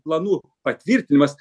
planų patvirtinimas